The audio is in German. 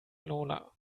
lola